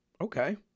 okay